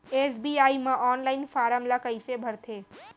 SBI म online form ल कइसे भरथे?